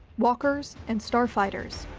walkers, and starfighters.